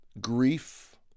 grief